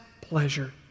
pleasure